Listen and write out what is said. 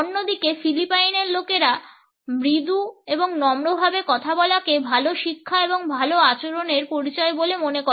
অন্যদিকে ফিলিপাইনের লোকেরা মৃদু এবং নম্র ভাবে কথা বলাকে ভালো শিক্ষা এবং ভাল আচরণের পরিচয় বলে মনে করে